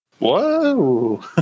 Whoa